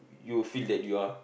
you will feel that you are